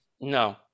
No